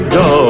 go